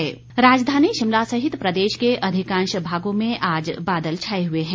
मौसम राजधानी शिमला सहित प्रदेश के अधिकांश भागों में आज बादल छाए हुए हैं